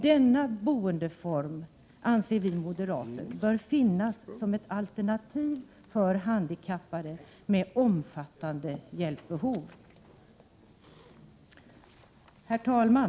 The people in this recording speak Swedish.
Denna boendeform bör finnas som ett alternativ för handikappade med omfattande hjälpbehov. Herr talman!